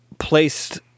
placed